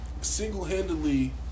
single-handedly